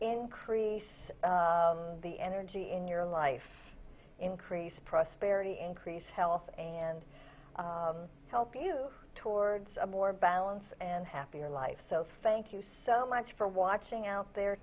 increase the energy in your life increase prosperity increase health and help you towards a more balanced and happier life so thank you so much for watching out there